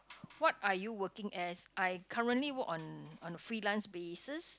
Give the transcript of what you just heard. what are you working as I currently work on on a freelance basis